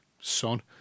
son